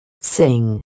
Sing